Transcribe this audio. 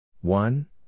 one